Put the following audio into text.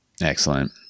Excellent